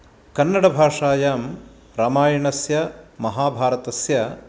कन्नडभाषायां रामायणस्य महाभारतस्य